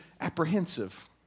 apprehensive